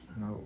No